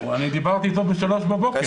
חיים,